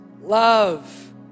love